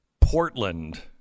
Portland